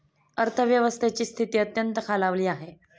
अर्थव्यवस्थेची स्थिती अत्यंत खालावली आहे